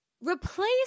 Replace